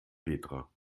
petra